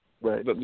Right